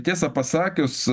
tiesą pasakius